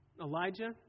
Elijah